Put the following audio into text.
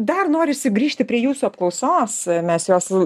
dar norisi grįžti prie jūsų apklausos mes jos